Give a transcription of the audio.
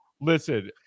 Listen